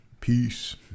Peace